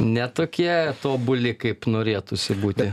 ne tokie tobuli kaip norėtųsi būti